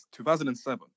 2007